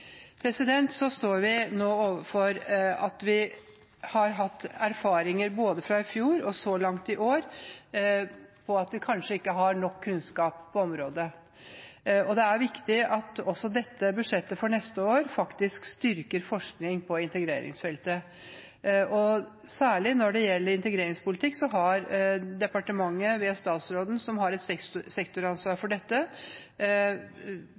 Så står vi overfor den situasjonen at erfaringen fra i fjor og så langt i år er at vi kanskje ikke har nok kunnskap på området. Det er viktig at budsjettet for neste år faktisk styrker forskning på integreringsfeltet. Særlig når det gjelder integreringspolitikk, har departementet ved statsråden, som har